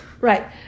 Right